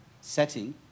setting